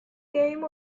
game